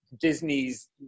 Disney's